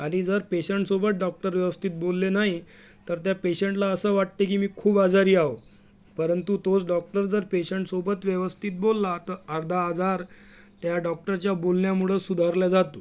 आणि जर पेशंटसोबत डॉक्टर व्यवस्थित बोलले नाही तर त्या पेशंटला असं वाटतं की मी खूप आजारी आहोत परंतु तोच डॉक्टर जर पेशंटसोबत व्यवस्थित बोलला तर अर्धा आजार त्या डॉक्टरच्या बोलण्यामुळं सुधारला जातो